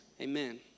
amen